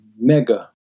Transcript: mega